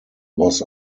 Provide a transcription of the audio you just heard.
was